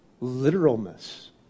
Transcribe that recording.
literalness